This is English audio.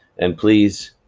and please.